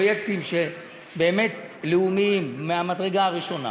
פרויקטים לאומיים באמת מהמדרגה הראשונה,